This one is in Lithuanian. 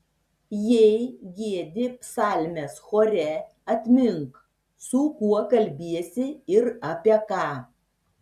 jei giedi psalmes chore atmink su kuo kalbiesi ir apie ką